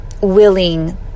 willing